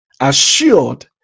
assured